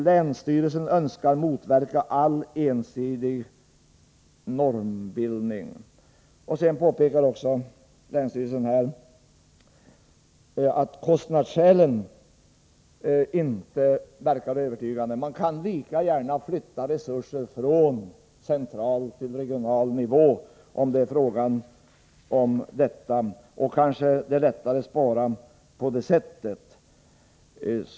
Länsstyrelsen önskar motverka all ensidig normbildning.” Sedan påpekar länsstyrelsen att kostnadsskälen inte verkar övertygande. Man kan lika gärna flytta resurser från central till regional nivå, om det är fråga om detta. Kanske skulle det vara lättare att spara på det sättet.